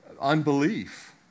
unbelief